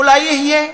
אולי הוא יהיה.